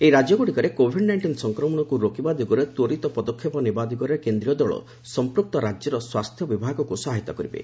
ଏହି ରାଜ୍ୟଗୁଡ଼ିକରେ covid nineteen ସଂକ୍ରମଣକୁ ରୋକିବା ଦିଗରେ ତ୍ୱରିତ ପଦକ୍ଷେପ ନେବା ଦିଗରେ କେନ୍ଦ୍ରୀୟ ଦଳ ସମ୍ପୁକ୍ତ ରାଜ୍ୟର ସ୍ୱାସ୍ଥ୍ୟ ବିଭାଗକୁ ସହାୟତା କରିବେ